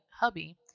hubby